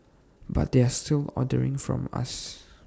but they're still ordering from us